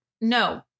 no